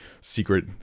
secret